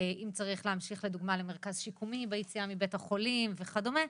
אם צריך לדוגמא להמשיך למרכז שיקומי ביציאה מבתי החולים וכדומה,